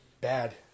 bad